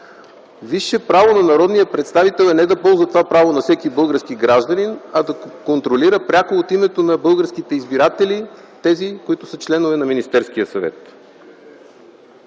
Висше право на народния представител е не да ползва това право на всеки български гражданин, а да контролира пряко от името на българските избиратели тези, които са членове на Министерския съвет.